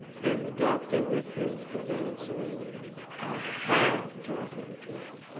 and the doctor with his was answering i have told you the truth.